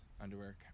underwear